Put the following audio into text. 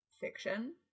fiction